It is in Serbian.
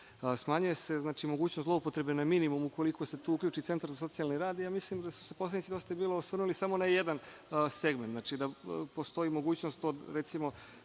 Smanjuje se znači, mogućnost zloupotrebe na minimum ukoliko se tu uključi centar za socijalni rad. Ja mislim, da su se poslanici Dosta je bilo osvrnuli samo na jedan segment, znači da postoji mogućnost od recimo,